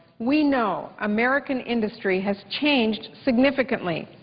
we know american industry has changed significantly.